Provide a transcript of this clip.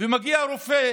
ומגיע רופא